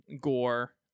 gore